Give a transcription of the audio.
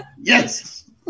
yes